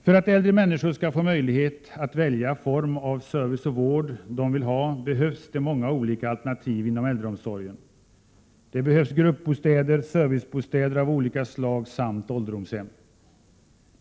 För att äldre människor skall få möjlighet att välja den form av service och vård de vill ha behövs det många olika alternativ inom äldreomsorgen. Det behövs gruppbostäder, servicebostäder av olika slag samt ålderdomshem.